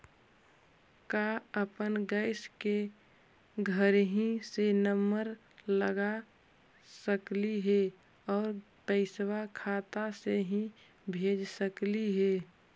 का अपन गैस के घरही से नम्बर लगा सकली हे और पैसा खाता से ही भेज सकली हे?